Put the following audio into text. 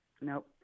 Nope